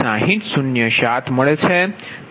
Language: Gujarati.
6007 છે